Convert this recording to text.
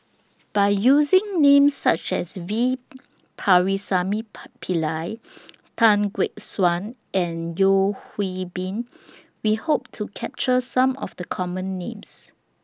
By using Names such as V Pakirisamy Pillai Tan Gek Suan and Yeo Hwee Bin We Hope to capture Some of The Common Names